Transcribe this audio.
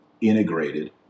integrated